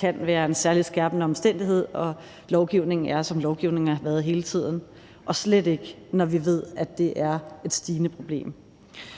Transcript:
kunne være en særligt skærpende omstændighed, og at lovgivningen er, som lovgivningen har været hele tiden, og slet ikke, når vi ved, at det her er et stigende problem.